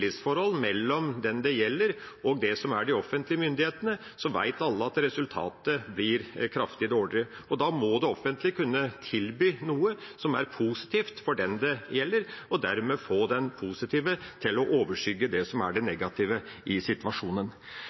mellom den det gjelder og de offentlige myndighetene, vet alle at resultatet blir svært mye dårligere. Da må det offentlige kunne tilby noe som er positivt for den det gjelder, og dermed få det positive til å overskygge det som er det negative i situasjonen.